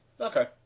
Okay